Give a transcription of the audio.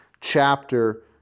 chapter